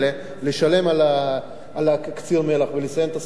לשלם על קציר המלח ולסיים את הסאגה הזאת,